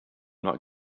not